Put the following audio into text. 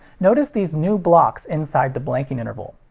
notice these new blocks inside the blanking interval.